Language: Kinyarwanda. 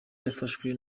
yafashwe